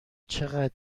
چقدر